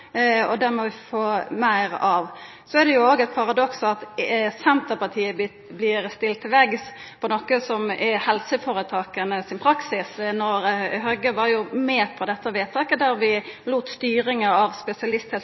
og det må vi få meir av. Så er det òg eit paradoks at Senterpartiet blir stilt til veggs for noko som er helseføretakas praksis. Høgre var med på vedtaket der vi lét styringa av